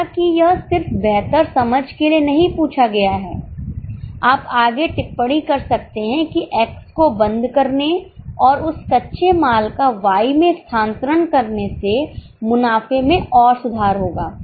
हालांकि यह सिर्फ बेहतर समझ के लिए नहीं पूछा गया है आप आगे टिप्पणी कर सकते हैं कि X को बंद करने और उस कच्चे माल का Yमें स्थानांतरण करने से मुनाफे में और सुधार होगा